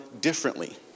differently